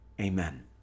Amen